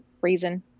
reason